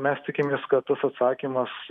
mes tikimės kad tas atsakymas